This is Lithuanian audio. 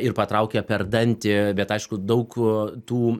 ir patraukia per dantį bet aišku daug tų